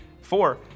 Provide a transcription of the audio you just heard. Four